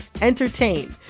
entertain